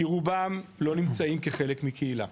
כי רובם לא נמצאים כחלק מקהילה,